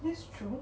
that's true